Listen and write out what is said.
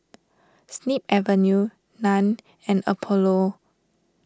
Snip Avenue Nan and Apollo